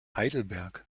heidelberg